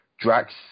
Drax